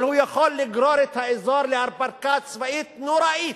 אבל הוא יכול לגרור את האזור להרפתקה צבאית נוראית.